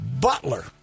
Butler